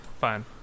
Fine